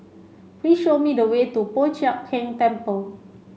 please show me the way to Po Chiak Keng Temple